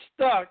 stuck